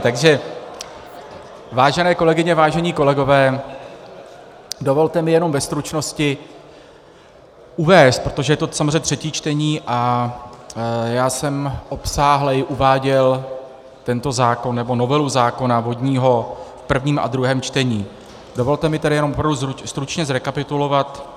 Takže vážené kolegyně, vážení kolegové, dovolte mi jenom ve stručnosti uvést, protože je to samozřejmě třetí čtení a já jsem obsáhleji uváděl tento zákon nebo novelu zákona vodního v prvním a druhém čtení, dovolte mi tedy jenom opravdu stručně zrekapitulovat...